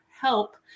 help